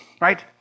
right